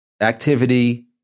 activity